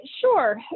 Sure